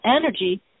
energy